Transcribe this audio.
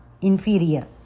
inferior